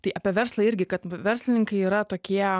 tai apie verslą irgi kad verslininkai yra tokie